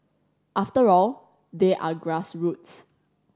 after all they are grassroots